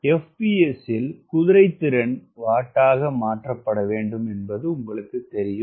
FPS இல் குதிரைத்திறன் வாட்டாக மாற்றப்பட வேண்டும் என்பது உங்களுக்குத் தெரியும்